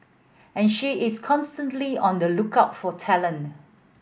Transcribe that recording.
and she is constantly on the lookout for talent